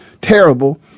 terrible